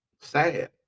Sad